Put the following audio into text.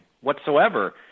whatsoever